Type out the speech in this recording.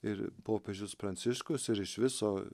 ir popiežius pranciškus ir iš viso